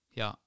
ja